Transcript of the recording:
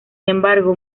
embargo